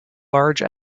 large